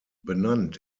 benannt